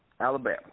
Alabama